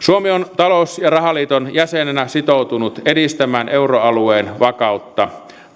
suomi on talous ja rahaliiton jäsenenä sitoutunut edistämään euroalueen vakautta